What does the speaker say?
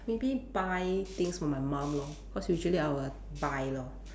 maybe buy things for my mum lor cause usually I will buy lor